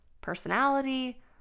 personality